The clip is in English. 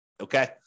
Okay